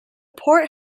port